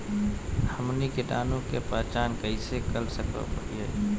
हमनी कीटाणु के पहचान कइसे कर सको हीयइ?